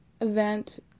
event